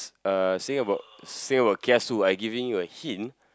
uh saying about saying about kiasu I giving you a hint